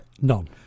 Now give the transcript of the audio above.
None